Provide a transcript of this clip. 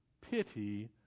pity